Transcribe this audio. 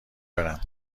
برم